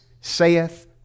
saith